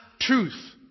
truth